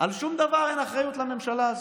לשום דבר אין אחריות לממשלה הזאת.